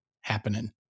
happening